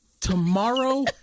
tomorrow